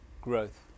growth